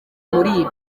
muri